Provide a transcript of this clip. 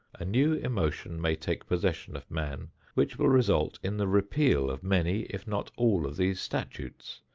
a new emotion may take possession of man which will result in the repeal of many if not all of these statutes,